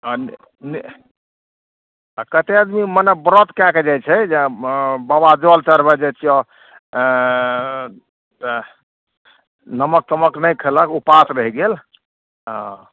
आओर नहि कतेक आदमी मने व्रत कै के जाइ छै जे बाबा जल चढ़बै जे छिअऽ निम्मक तिम्मक नहि खएलक उपास रहि गेल हँ